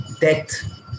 death